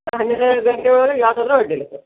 ಹನ್ನೆರಡು ಗಂಟೆ ಒಳಗೆ ಯಾವುದಾದ್ರೂ ಅಡ್ಡಿಯಿಲ್ಲ ಸರ್